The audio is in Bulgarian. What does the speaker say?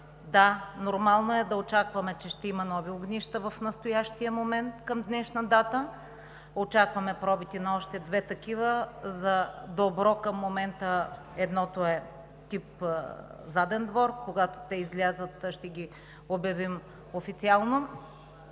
Да, нормално е да очакваме, че ще има нови огнища в настоящия момент, към днешна дата. Очакваме пробите на още две такива. За добро, към момента едното е тип „заден двор“ – когато те излязат, ще ги обявим официално